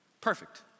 Perfect